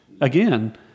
again